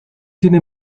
tiene